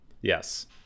Yes